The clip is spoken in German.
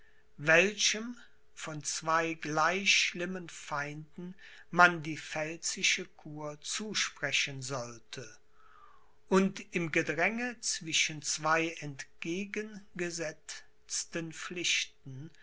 welchem von zwei gleich schlimmen feinden man die pfälzische kur zusprechen sollte und im gedränge zwischen zwei entgegengesetzten pflichten